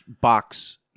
box